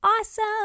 awesome